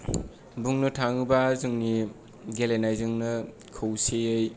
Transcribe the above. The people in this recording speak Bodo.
बुंनो थाङोबा जोंनि गेलेनायजोंनो खौसेयै